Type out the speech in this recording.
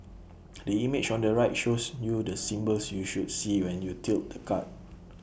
the image on the right shows you the symbols you should see when you tilt the card